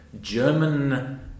German